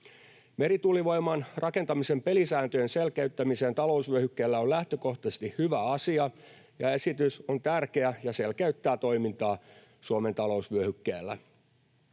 Merituulivoiman rakentamisen pelisääntöjen selkeyttäminen talousvyöhykkeellä on lähtökohtaisesti hyvä asia, ja esitys on tärkeä ja selkeyttää toimintaa Suomen talousvyöhykkeellä.